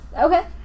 Okay